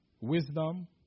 Wisdom